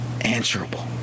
Answerable